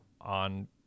on